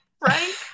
Right